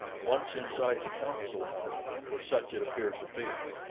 once inside the council-hut, for such it appeared to be,